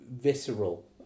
visceral